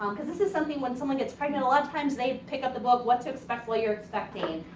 um cause this is something when someone gets pregnant a lot of times they pick up the book what to expect while you're expecting.